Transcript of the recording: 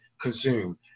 consume